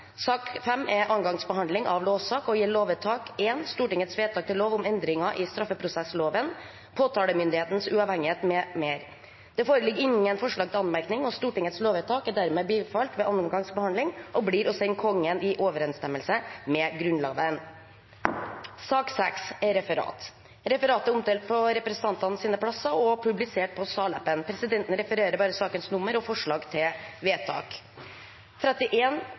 Sak nr. 5 er andre gangs behandling av lovsak og gjelder lovvedtak 1. Det foreligger ingen forslag til anmerkning. Stortingets lovvedtak er dermed bifalt ved andre gangs behandling og blir å sende Kongen i overensstemmelse med Grunnloven. Ber noen om ordet før møtet heves? – Det gjør ingen, og møtet er